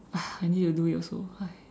I need to do it also